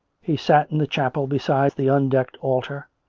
he sat in the chapel beside the undecked altar,